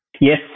Yes